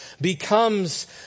becomes